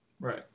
Right